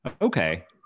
Okay